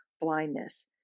blindness